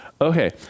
Okay